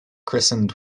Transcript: christened